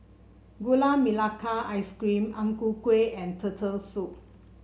Gula Melaka Ice Cream Ang Ku Kueh and Turtle Soup